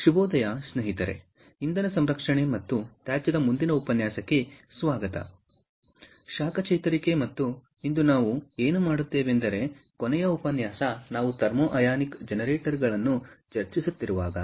ಶುಭೋದಯ ಸ್ನೇಹಿತರೇ ಇಂಧನ ಸಂರಕ್ಷಣೆ ಮತ್ತು ತ್ಯಾಜ್ಯದ ಮುಂದಿನ ಉಪನ್ಯಾಸಕ್ಕೆ ಸ್ವಾಗತ ಶಾಖ ಚೇತರಿಕೆ ಮತ್ತು ಇಂದು ನಾವು ಏನು ಮಾಡುತ್ತೇವೆಂದರೆ ಕೊನೆಯ ಉಪನ್ಯಾಸ ನಾವು ಥರ್ಮೋ ಅಯಾನಿಕ್ ಜನರೇಟರ್ ಗಳನ್ನು ಚರ್ಚಿಸುತ್ತಿರುವಾಗ